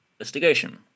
Investigation